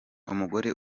umugore